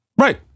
Right